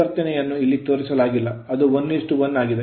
ಪರಿವರ್ತನೆಯನ್ನು ಇಲ್ಲಿ ತೋರಿಸಲಾಗಿಲ್ಲ ಅದು 11 ಆಗಿದೆ